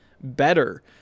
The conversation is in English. better